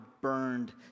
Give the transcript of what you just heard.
burned